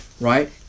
right